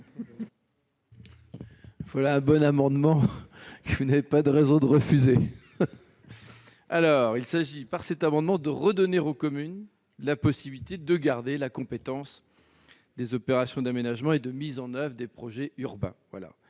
voilà un bon amendement, que vous n'avez pas de raison de refuser ! Il s'agit de redonner aux communes la possibilité de garder la compétence des opérations d'aménagement et de mise en oeuvre des projets urbains.